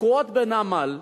תקועות בנמל,